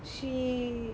she